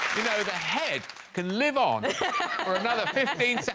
know the head can live on for another fifteen